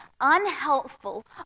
unhelpful